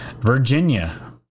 Virginia